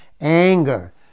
anger